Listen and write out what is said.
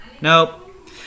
nope